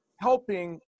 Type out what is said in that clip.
Helping